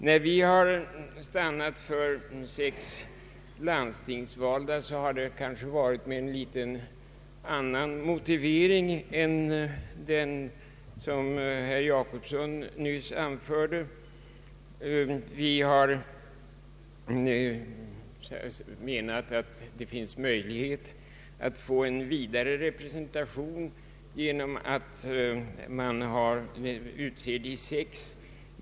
När vi har stannat för sex landstingsvalda ledamöter har det skett med en något annorlunda motivering än den som herr Per Jacobsson nyss anförde. Vi anser att det finns möjlighet att få en vidare representation genom att landstinget utser sex ledamöter.